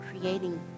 creating